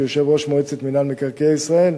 שהוא יושב-ראש מועצת מינהל מקרקעי ישראל.